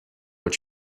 but